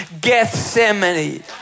Gethsemane